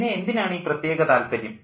പിന്നെ എന്തിനാണ് ഈ പ്രത്യേക താൽപ്പര്യം